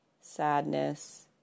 sadness